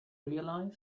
realized